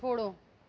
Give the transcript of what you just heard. फोड़ो